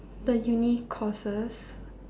the uni courses